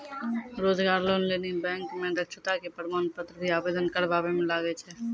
रोजगार लोन लेली बैंक मे दक्षता के प्रमाण पत्र भी आवेदन करबाबै मे लागै छै?